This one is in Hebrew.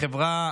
לחברה